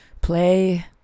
play